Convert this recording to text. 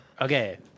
Okay